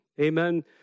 Amen